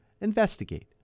Investigate